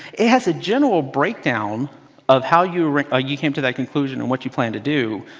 it has a general breakdown of how you ah you came to that conclusion and what you plan to do.